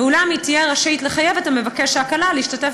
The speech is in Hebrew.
ואולם היא תהיה רשאית לחייב את מבקש ההקלה להשתתף